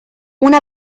una